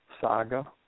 saga